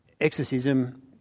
exorcism